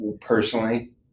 personally